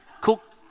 cook